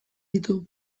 ditu